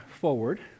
forward